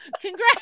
congrats